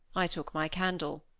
i took my candle.